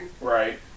right